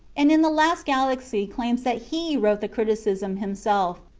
and in the last galaxy claims that he wrote the criticism himself,